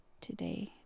today